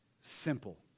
simple